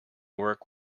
work